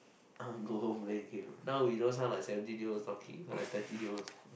I wanna go home play game now we don't sound like seventeen year olds talking but like thirteen year olds